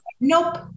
nope